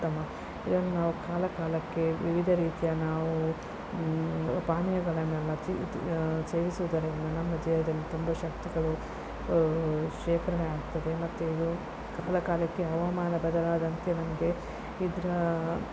ಉತ್ತಮ ಇದನ್ನು ನಾವು ಕಾಲ ಕಾಲಕ್ಕೆ ವಿವಿಧ ರೀತಿಯ ನಾವು ಪಾನೀಯಗಳನ್ನೆಲ್ಲ ಚಿ ಸೇವಿಸುವುದರಿಂದ ನಮ್ಮ ದೇಹದಲ್ಲಿ ತುಂಬ ಶಕ್ತಿಗಳು ಶೇಖರಣೆ ಆಗ್ತದೆ ಮತ್ತು ಇದು ಕಾಲ ಕಾಲಕ್ಕೆ ಹವಾಮಾನ ಬದಲಾದಂತೆ ನಮಗೆ ಇದರ